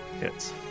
hits